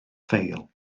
ffeil